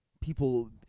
People